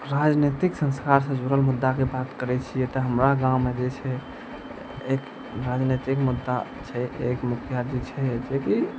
राजनीतिक संस्था से जुड़ल मुद्दाके बात करै छियै तऽ हमरा गाममे जे छै एक राजनीतिक मुद्दा छै एक मुखिया जी छै जेकि